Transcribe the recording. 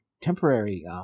temporary